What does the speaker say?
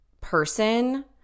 person